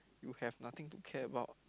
you have nothing to care about